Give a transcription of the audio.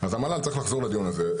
אז המל"ל צריך לחזור לדיון הזה,